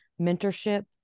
mentorship